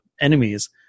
enemies